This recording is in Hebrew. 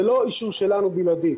זה לא אישור שלנו בלעדי.